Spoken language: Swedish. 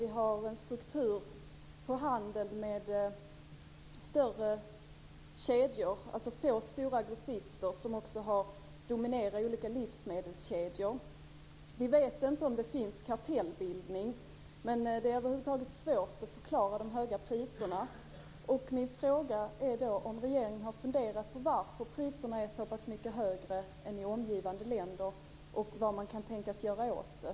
Vi har en struktur på handel med större kedjor, dvs. få stora grossister som dominerar olika livsmedelskedjor. Vi vet inte om det finns kartellbildning, men det är svårt att förklara de höga priserna. Min fråga är om regeringen har funderat på varför priserna är så mycket högre än i omgivande länder, och vad man kan tänkas göra åt det.